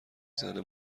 زنه